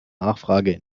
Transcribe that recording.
nachfrage